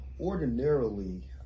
ordinarily